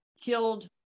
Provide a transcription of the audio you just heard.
killed